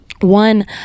one